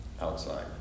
outside